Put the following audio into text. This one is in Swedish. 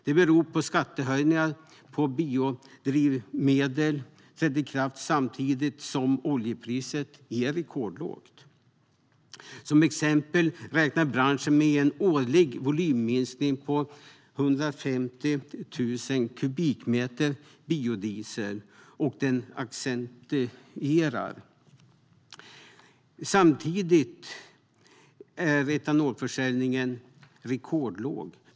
Det beror på att skattehöjningarna på biodrivmedel trätt i kraft samtidigt som oljepriset är rekordlågt. Som exempel räknar branschen med en årlig volymminskning på 150 000 kubikmeter biodiesel, och den accelererar. Samtidigt är etanolförsäljningen rekordlåg.